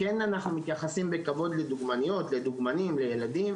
המיוחדת לזכויות הילד.